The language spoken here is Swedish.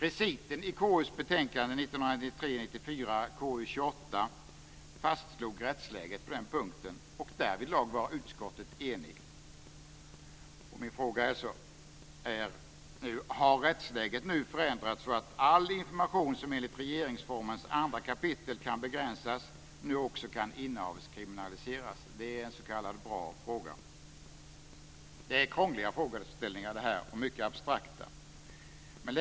Reciten i KU:s betänkande Därvidlag var utskottet enigt. Har rättsläget nu förändrats så att all information som enligt regeringsformens 2 kap. kan begränsas också kan innehavskriminaliseras? Det är en s.k. bra fråga. Det är krångliga och mycket abstrakta frågeställningar.